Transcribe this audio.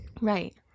Right